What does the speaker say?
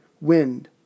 wind